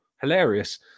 hilarious